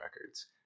records